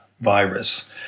virus